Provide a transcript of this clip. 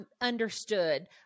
understood